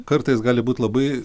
kartais gali būt labai